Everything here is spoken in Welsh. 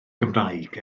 gymraeg